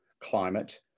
climate